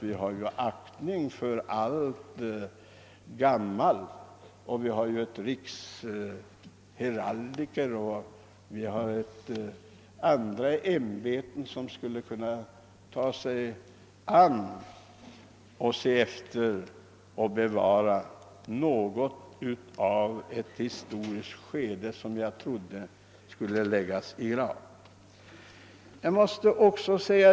Vi har ju aktning för allt ' gammalt, och vi har riksheraldikerämbetet och andra ämbeten, som skulle kunna bevara något av det historiska skede som jag trodde skulle läggas i graven.